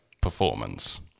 performance